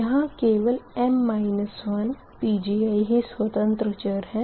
यहाँ केवल Pgi ही स्वतंत्र चर है